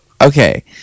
okay